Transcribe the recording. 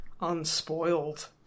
unspoiled